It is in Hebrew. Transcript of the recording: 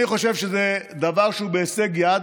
אני חושב שזה דבר שהוא בהישג יד.